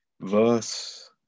Verse